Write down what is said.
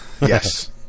yes